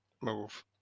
move